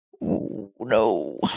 No